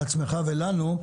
לעצמך ולנו,